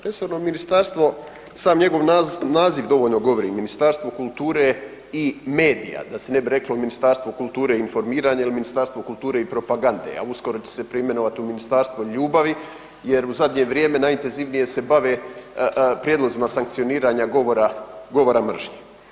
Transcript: Resorno ministarstvo, sam njegov naziv dovoljno govori, Ministarstvo kulture i medija, da se ne bi reklo ministarstvo kulture i informiranja ili ministarstvo kulture i propagande, a uskoro će se preimenovati u ministarstvo ljubavi jer u zadnje vrijeme najintenzivnije se bave prijedlozima sankcioniranja govora mržnje.